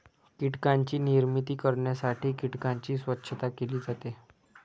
कीटकांची निर्मिती करण्यासाठी कीटकांची स्वच्छता केली जाते